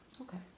Okay